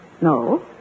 No